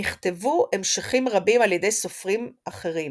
נכתבו המשכים רבים על ידי סופרים אחרים,